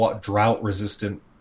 drought-resistant